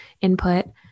input